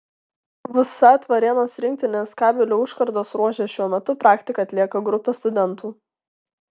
vsat varėnos rinktinės kabelių užkardos ruože šiuo metu praktiką atlieka grupė studentų